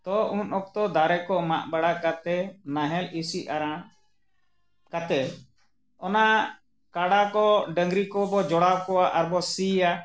ᱛᱚ ᱩᱱ ᱚᱠᱛᱚ ᱫᱟᱨᱮ ᱠᱚ ᱢᱟᱜ ᱵᱟᱲᱟ ᱠᱟᱛᱮᱫ ᱱᱟᱦᱮᱞ ᱤᱥᱤ ᱟᱨᱟᱬ ᱠᱟᱛᱮᱫ ᱚᱱᱟ ᱠᱟᱰᱟ ᱠᱚ ᱰᱟᱹᱝᱨᱤ ᱠᱚᱵᱚᱱ ᱡᱚᱲᱟᱣ ᱠᱚᱣᱟ ᱟᱨ ᱵᱚᱱ ᱥᱤᱭᱟ